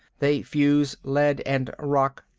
they fuse lead and rock.